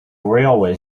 railway